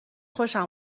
خوشم